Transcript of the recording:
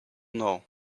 know